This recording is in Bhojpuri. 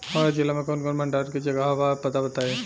हमरा जिला मे कवन कवन भंडारन के जगहबा पता बताईं?